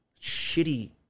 shitty